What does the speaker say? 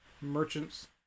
merchants